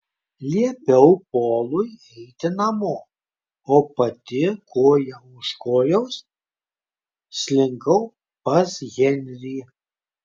liepiau polui eiti namo o pati koja už kojos slinkau pas henrį